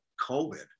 covid